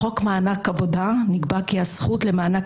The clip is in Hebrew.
בחוק מענק עבודה נקבע כי הזכות למענק